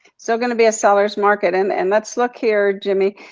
still gonna be a sellers market, and and let's look here, jimmy.